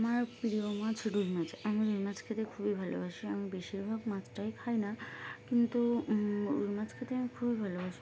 আমার প্রিয় মাছ রুই মাছ আমি রুই মাছ খেতে খুবই ভালোবাসি আমি বেশিরভাগ মাছটাই খাই না কিন্তু রুই মাছ খেতে আমি খুবই ভালোবাসি